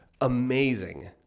Amazing